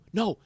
no